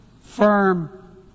firm